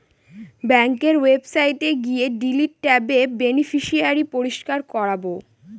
ব্যাঙ্কের ওয়েবসাইটে গিয়ে ডিলিট ট্যাবে বেনিফিশিয়ারি পরিষ্কার করাবো